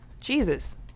Jesus